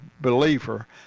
believer